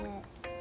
yes